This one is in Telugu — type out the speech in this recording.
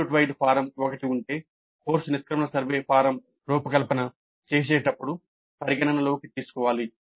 ఇన్స్టిట్యూట్ వైడ్ ఫారం ఒకటి ఉంటే కోర్సు నిష్క్రమణ సర్వే ఫారమ్ రూపకల్పన చేసేటప్పుడు పరిగణనలోకి తీసుకోవాలి